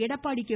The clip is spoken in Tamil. எடப்பாடி கே